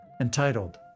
entitled